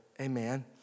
Amen